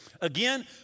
again